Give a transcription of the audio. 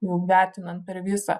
jau vertinant per visą